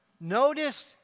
Notice